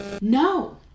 No